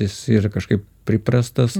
jis ir kažkaip priprastas